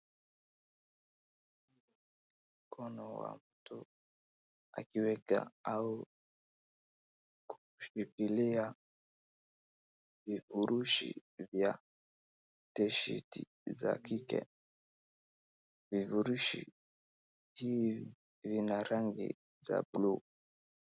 Mkono wa mtu akiweka au kushikilia vifurushi vya tisheti za kike. Vifurushi hivi vina rangi za buluu.